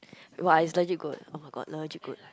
!wah! it's legit good [oh]-my-god legit good